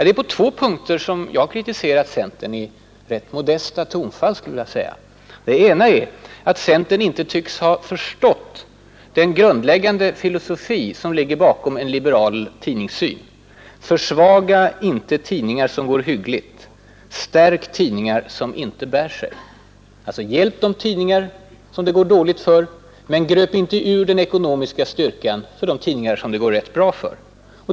Det är på två punkter jag har kritiserat centern — i ganska modesta tonfall skulle jag vilja säga. Det ena är att centern inte tycks ha förstått den grundläggande filosofi som ligger bakom en liberal tidningssyn: Försvaga inte tidningar som går hyggligt, stärk tidningar som inte bär sig. Alltså hjälp de tidningar som det går dåligt för, men gröp inte ur den ekonomiska styrkan hos de tidningar som det går bra för.